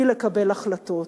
היא לקבל החלטות.